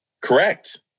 Correct